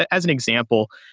ah as an example,